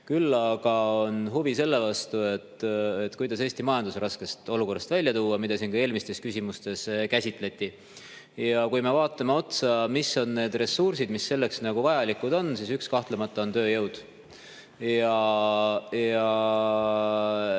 Küll aga on mul huvi selle vastu, kuidas Eesti majandus raskest olukorrast välja tuua. Seda siin ka eelmistes küsimustes käsitleti. Ja kui me vaatame, mis on need ressursid, mis selleks vajalikud on, siis üks kahtlemata on tööjõud. Selle